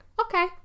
okay